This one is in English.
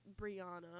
Brianna